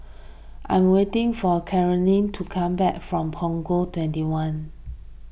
I am waiting for Carolynn to come back from Punggol twenty one